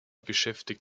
beschäftigt